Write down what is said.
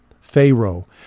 Pharaoh